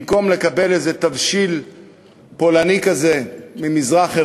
במקום לקבל איזה תבשיל פולני כזה ממזרח-אירופה,